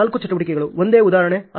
ನಾಲ್ಕು ಚಟುವಟಿಕೆಗಳು ಒಂದೇ ಉದಾಹರಣೆ